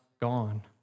gone